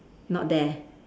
not there